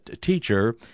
teacher